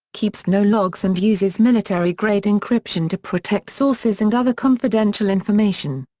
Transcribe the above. keeps no logs and uses military-grade encryption to protect sources and other confidential information.